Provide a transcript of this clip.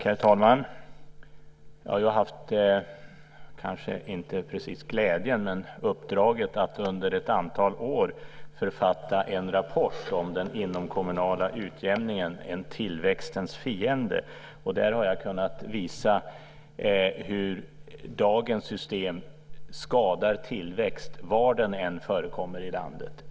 Herr talman! Jag har haft kanske inte precis glädjen men uppdraget att under ett antal år författa en rapport om den inomkommunala utjämningen, Skatteutjämningen - en tillväxtens fiende . Jag har kunnat visa hur dagens system skadar tillväxt var den är förekommer i landet.